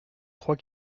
crois